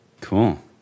Cool